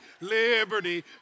liberty